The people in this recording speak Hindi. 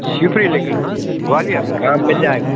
शिवपुरी लिंक रोड ग्वालियर हाँ मिल जाएगा